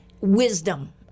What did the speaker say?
wisdom